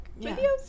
videos